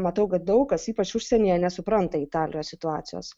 matau kad daug kas ypač užsienyje nesupranta italijos situacijos